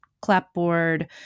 clapboard